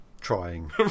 trying